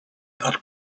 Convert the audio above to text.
that